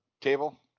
table